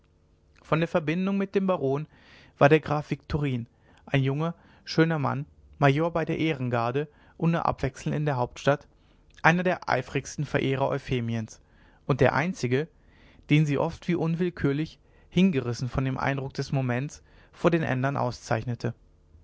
vor der verbindung mit dem baron war der graf viktorin ein junger schöner mann major bei der ehrengarde und nur abwechselnd in der hauptstadt einer der eifrigsten verehrer euphemiens und der einzige den sie oft wie unwillkürlich hingerissen von dem eindruck des moments vor den ändern auszeichnete